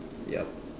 yup